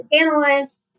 analysts